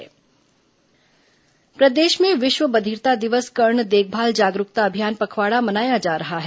विश्व बधिरता दिवस प्रदेश में विश्व बधिरता दिवस कर्ण देखभाल जागरूकता अभियान पखवाड़ा जा रहा है